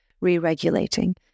re-regulating